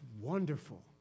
wonderful